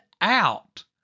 out